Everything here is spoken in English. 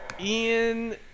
Ian